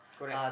correct